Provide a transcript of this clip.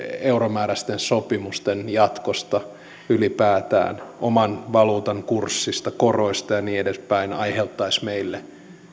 euromääräisten sopimusten jatkosta ylipäätään oman valuutan kurssista koroista ja niin edespäin aiheuttaisi meille